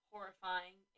Horrifying